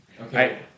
Okay